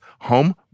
home